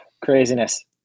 Craziness